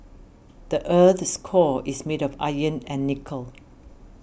the earth's core is made of iron and nickel